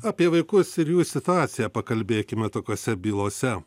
apie vaikus ir jų situaciją pakalbėkime tokiose bylose